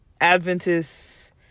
Adventists